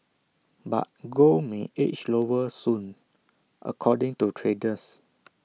but gold may edge lower soon according to traders